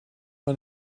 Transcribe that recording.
man